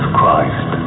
Christ